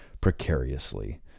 precariously